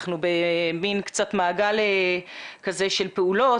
אנחנו במעגל של פעולות,